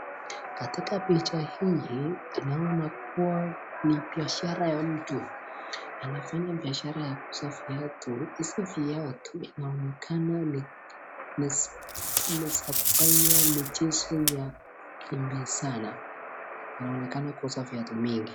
Katika picha hili naona kuwa ni biashara ya mtu. Anafanya biashara ya kuuza viatu. Hizi viatu vinaonekana ni za kufanya michezo ya kukimbizana. Inaonekana kuuza viatu mingi.